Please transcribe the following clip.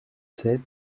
sept